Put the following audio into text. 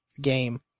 game